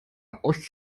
aus